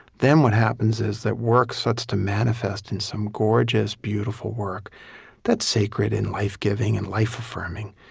then what happens is that work starts to manifest in some gorgeous, beautiful work that's sacred and lifegiving and life-affirming,